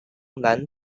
南投